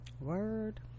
word